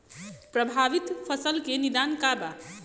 प्रभावित फसल के निदान का बा?